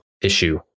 issue